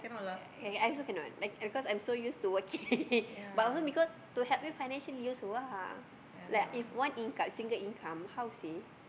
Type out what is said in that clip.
ya ya I also cannot like because I'm so used to working but also because to help you financially also ah like if one income single income how say